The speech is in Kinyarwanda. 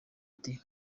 ati